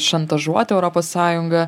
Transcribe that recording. šantažuot europos sąjungą